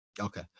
Okay